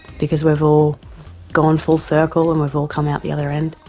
because we've all gone full circle and we've all come out the other end.